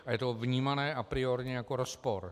A je to vnímané apriorně jako rozpor.